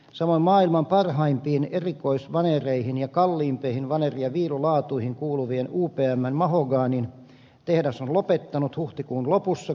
samoin maailman parhaimpiin kuuluvia erikoisvanereita ja kalleimpia vaneri ja viilulaatuja valmistanut upmn mahoganyn tehdas on lopettanut huhtikuun lopussa kuluvana vuonna